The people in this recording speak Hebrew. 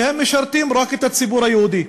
שהם משרתים רק את הציבור היהודי.